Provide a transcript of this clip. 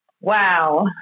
Wow